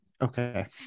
Okay